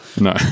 No